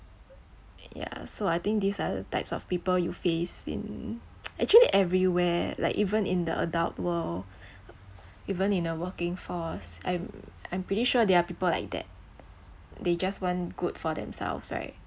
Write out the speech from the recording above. ya so I think these are the types of people you face in actually everywhere like even in the adult world even in the working force I'm I'm pretty sure there are people like that they just want good for themselves right